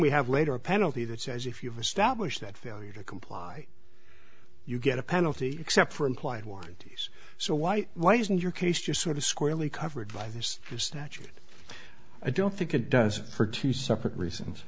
we have later a penalty that says if you've established that failure to comply you get a penalty except for implied warranties so why why isn't your case just sort of squarely covered by this statute i don't think it does for two separate reasons